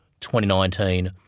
2019